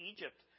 Egypt